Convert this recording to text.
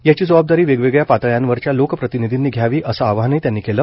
याची जबाबदारी वेगवेगळ्या पातळ्यांवरच्या लोकप्रतिनिधींनी घ्यावी असं आवाहनही त्यांनी केलं